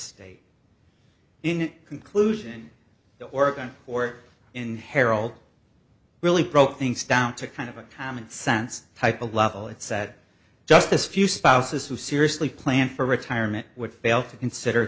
state in conclusion the oregon court in harold really broke things down to kind of a common sense type of level it said justice few spouses who seriously plan for retirement would fail to consider